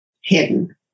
hidden